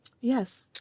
Yes